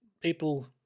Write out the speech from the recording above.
people